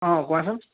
অ' কোৱাচোন